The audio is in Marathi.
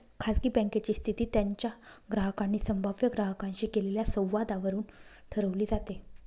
खाजगी बँकेची स्थिती त्यांच्या ग्राहकांनी संभाव्य ग्राहकांशी केलेल्या संवादावरून ठरवली जाते